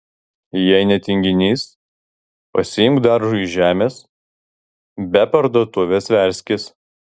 jei ne tinginys pasiimk daržui žemės be parduotuvės verskis